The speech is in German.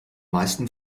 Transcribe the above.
meisten